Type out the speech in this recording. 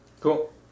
Cool